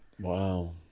Wow